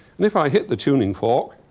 and if i hit the tuning fork.